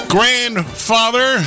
Grandfather